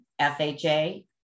FHA